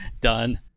Done